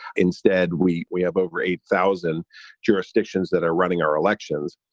instead, we we have over eight thousand jurisdictions that are running our elections.